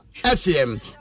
FM